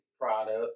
product